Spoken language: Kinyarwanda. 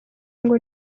ngo